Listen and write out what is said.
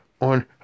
on